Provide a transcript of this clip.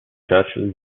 churchill